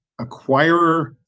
acquirer